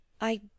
I